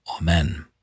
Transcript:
Amen